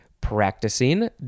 Practicing